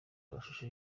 amashusho